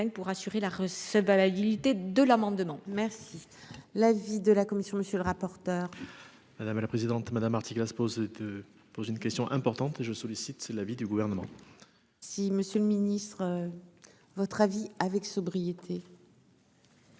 pour assurer la Russe bah la dignité de l'amendement. Merci la vie de la commission, monsieur le rapporteur. Madame la présidente, madame article à se poser, de poses une question importante et je sollicite l'avis du gouvernement. Si Monsieur le Ministre votre avis avec sobriété.